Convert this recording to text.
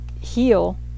heal